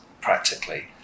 practically